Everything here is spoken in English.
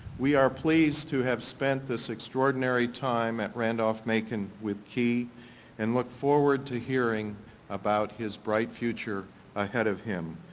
we are pleased to have spent this extraordinary time at randolph-macon with ky and look forward to hearing about his bright future ahead of him.